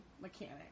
mechanic